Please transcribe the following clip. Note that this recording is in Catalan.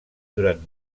durant